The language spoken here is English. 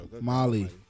Molly